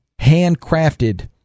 handcrafted